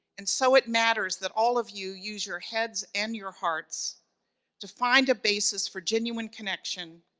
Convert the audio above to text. and so, it matters that all of you use your heads and your hearts to find a basis for genuine connection,